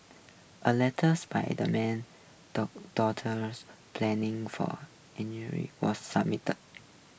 a letters by the man daughters planing for was